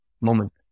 moment